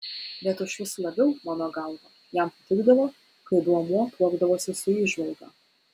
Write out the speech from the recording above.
bet užvis labiau mano galva jam patikdavo kai duomuo tuokdavosi su įžvalga